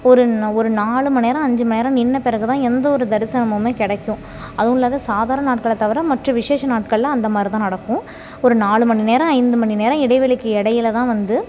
ஒரு நா ஒரு நாலு மணிநேரம் அஞ்சு மணி நேரம் நின்று பிறகு தான் எந்த ஒரு தரிசனமும் கிடைக்கும் அதுவுல்லாத சாதாரண நாட்களை தவிர மற்ற விஷேஷ நாட்களில் அந்த மாதிரி தான் நடக்கும் ஒரு நாலு மணி நேரம் ஐந்து மணி நேரம் இடைவெளிக்கு இடையில தான் வந்து